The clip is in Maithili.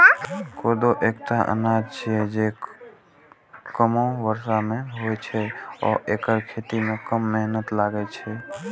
कोदो एकटा अनाज छियै, जे कमो बर्षा मे होइ छै आ एकर खेती मे कम मेहनत लागै छै